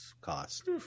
cost